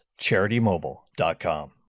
CharityMobile.com